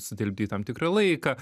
sutilpti į tam tikrą laiką